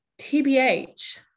TBH